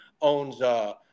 owns